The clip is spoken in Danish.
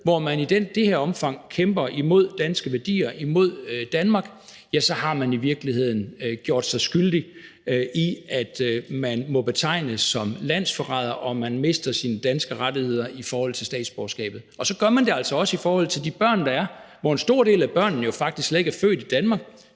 hvor man i det her omfang kæmper imod danske værdier og imod Danmark, så har man i virkeligheden gjort sig skyldig i, at man må betegnes som landsforræder, og at man derfor mister sine danske rettigheder i forhold til statsborgerskabet. Og så gør man det altså også i forhold til de børn, der er, hvoraf en stor del jo faktisk slet ikke er født i Danmark.